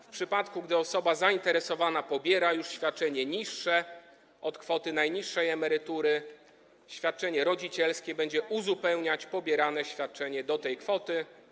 W przypadku gdy osoba zainteresowana pobiera już świadczenie niższe od kwoty najniższej emerytury, świadczenie rodzicielskie będzie uzupełniać pobierane świadczenie do tej kwoty.